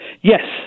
Yes